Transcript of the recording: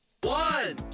One